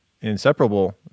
inseparable